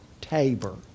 Tabor